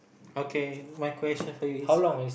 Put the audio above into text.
okay my question for you is